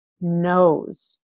knows